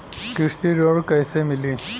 कृषि ऋण कैसे मिली?